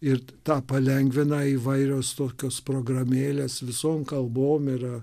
ir tą palengvina įvairios tokios programėlės visom kalbom yra